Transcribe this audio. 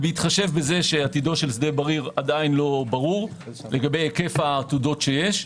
ובהתחשב בזה שעתידו של שדה בריר עדיין לא ברור לגבי היקף העתודות שיש,